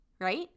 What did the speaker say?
right